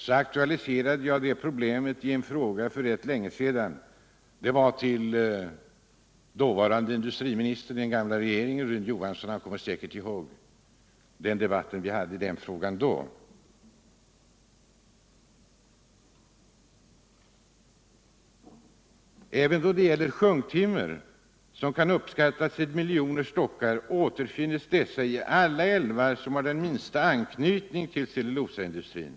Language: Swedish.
Jag aktualiserade det problemet i en fråga för rätt länge sedan till industriministern i den förra regeringen, Rune Johansson. Han kommer säkert ihåg den debatt vi hade i den frågan då. Sjunktimmer, som kan uppskattas till miljoner stockar, återfinns i alla älvar som har den minsta anknytning till cellulosaindustrin.